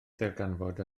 ddarganfod